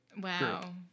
Wow